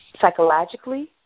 psychologically